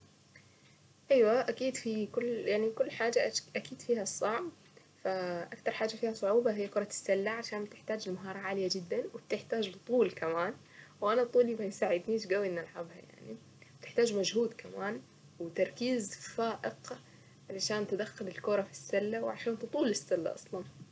ايوا اكيد في كل يعني كل حاجة اكيد فيها الصعب فاكتر حاجة فيها صعوبة هي كرة السلة عشان تحتاج لمهارة عالية جدا وبتحتاج طول كمان وانا طولي ما يساعدنيش قوي اني العبها يعني تحتاج مجهود كمان وتركيز فائق علشان تدخل الكرة في السلة وعشان تطول السلة اصلا.